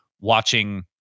watching